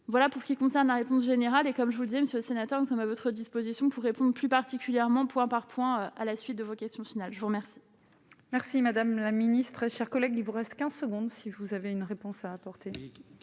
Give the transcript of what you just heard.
voilà pour ce qui concerne ma réponse générale et comme je vous disais monsieur le sénateur, nous sommes à votre disposition vous répond, plus particulièrement, point par point à la suite de vos questions finales, je vous remercie.